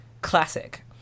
classic